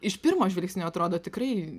iš pirmo žvilgsnio atrodo tikrai